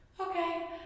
Okay